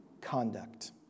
conduct